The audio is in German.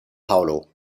paulo